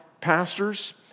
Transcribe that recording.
pastors